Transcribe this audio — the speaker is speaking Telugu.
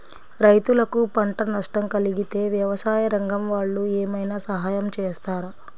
రైతులకు పంట నష్టం కలిగితే వ్యవసాయ రంగం వాళ్ళు ఏమైనా సహాయం చేస్తారా?